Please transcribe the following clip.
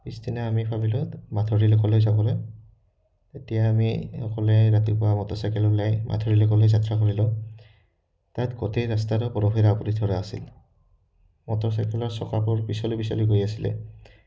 পিছদিনা আমি ভাবিলোঁ মাধুৰি লে'কলৈ যাবলৈ তেতিয়া আমি সকলোৱে ৰাতিপুৱা মটৰচাইকেল ওলাই মধুৰি লে'কলৈ যাত্ৰা কৰিলো তাত গোটেই ৰাস্তা বৰফেৰে আৱৰি ধৰা আছিল মটৰচাইকেলৰ চকাবোৰ পিছলি পিছলি গৈ আছিলে